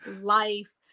life